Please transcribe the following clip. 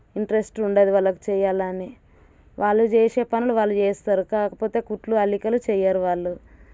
interest ఉండదు వాళ్ళకి చెయ్యాలని వాళ్ళు చేసే పనులు వాళ్ళు చేస్తారు కాకపోతే కుట్లు అల్లికలు చెయ్యరు వాళ్ళు